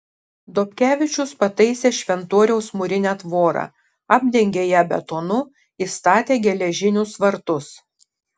dobkevičius pataisė šventoriaus mūrinę tvorą apdengė ją betonu įstatė geležinius vartus